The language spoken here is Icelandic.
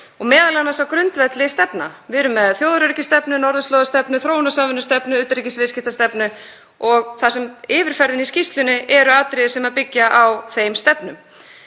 og m.a. á grundvelli stefna. Við erum með þjóðaröryggisstefnu, norðurslóðastefnu, þróunarsamvinnustefnu, utanríkisviðskiptastefnu og í yfirferðinni í skýrslunni eru atriði sem byggjast á þeim stefnum.